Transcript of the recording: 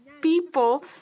people